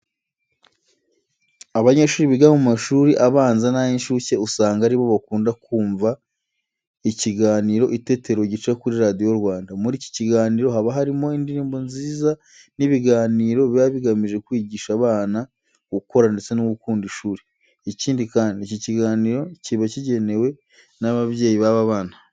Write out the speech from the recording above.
Abanyeshuri biga mu mashuri abanza n'ay'incuke usanga ari bo bakunda kumva ikiganiro Itetero gica kuri Radiyo Rwanda. Muri iki kiganiro haba harimo indirimbo nziza n'ibiganiro biba bigamije kwigisha abana gukora ndetse no gukunda ishuri. Ikindi kandi, iki kiganiro kiba kigenewe n'ababyeyi b'aba bana.